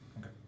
okay